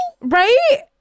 Right